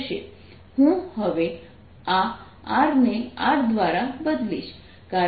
હું હવે આ r ને R દ્વારા બદલીશ